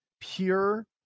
pure